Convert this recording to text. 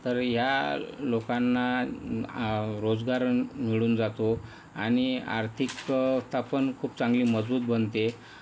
तर या लोकांना रोजगार मिळून जातो आणि आर्थिकता पण खूप चांगली मजबूत बनते